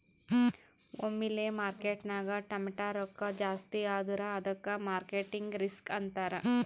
ಒಮ್ಮಿಲೆ ಮಾರ್ಕೆಟ್ನಾಗ್ ಟಮಾಟ್ಯ ರೊಕ್ಕಾ ಜಾಸ್ತಿ ಆದುರ ಅದ್ದುಕ ಮಾರ್ಕೆಟ್ ರಿಸ್ಕ್ ಅಂತಾರ್